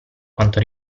quanto